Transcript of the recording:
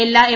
എല്ലാ എം